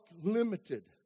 limited